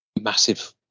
massive